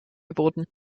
geboten